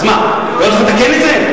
אז מה, לא צריך לתקן את זה?